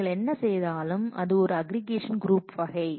நீங்கள் என்ன செய்தாலும் அது இது ஒரு அக்ரிகேஷன் குரூப் வகை